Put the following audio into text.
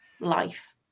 life